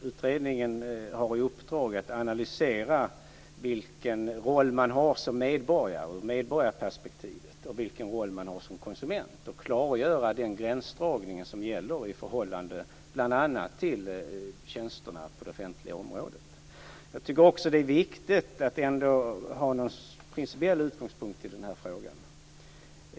Utredningen har i uppdrag att analysera vilken roll man har som medborgare och vilken roll man har som konsument samt klargöra den gränsdragning som gäller i förhållande bl.a. till tjänsterna på det offentliga området. Jag tycker också att det är viktigt att ändå ha en principiell utgångspunkt i denna fråga.